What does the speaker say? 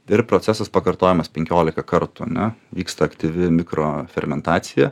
ir procesas pakartojamas penkiolika kartų ar ne vyksta aktyvi mikro fermentacija